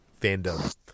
fandom